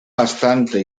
bastante